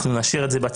אנחנו נשאיר את זה בצד.